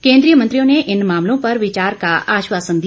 केन्द्रीय मंत्रियों ने इन मामलों पर विचार का आश्वासन दिया